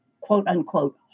quote-unquote